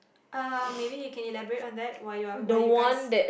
uh maybe you can elaborate on that while your while you guys